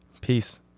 Peace